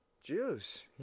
Juice